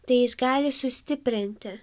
tai jis gali sustiprinti